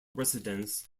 residence